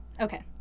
Okay